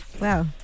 Wow